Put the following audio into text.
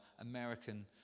American